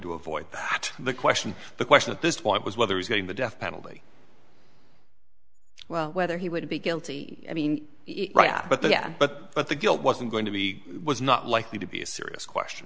to avoid the question the question at this point was whether he's getting the death penalty well whether he would be guilty i mean right but that yeah but but the guilt wasn't going to be was not likely to be a serious question